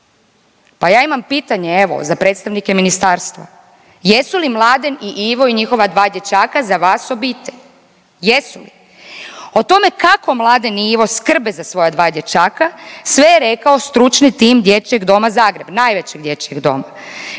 Pa ja imam pitanje evo za predstavnike ministarstva, jesu li Mladen i Ivo i njihova dva dječaka za vas obitelj, jesu li? O tome kako Mladen i Ivo skrbe za svoja dva dječaka sve je rekao stručni tim Dječjeg doma Zagreb, najvećeg dječjeg doma